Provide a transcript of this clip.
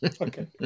Okay